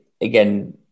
again